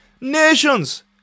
Nations